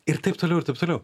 ir taip toliau ir taip toliau